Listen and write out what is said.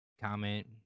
comment